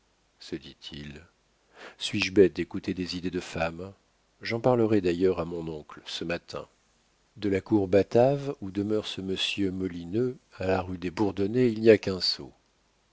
se dit-il suis-je bête d'écouter des idées de femme j'en parlerai d'ailleurs à mon oncle ce matin de la cour batave où demeure ce monsieur molineux à la rue des bourdonnais il n'y a qu'un saut